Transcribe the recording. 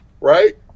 right